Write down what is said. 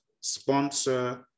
sponsor